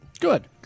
Good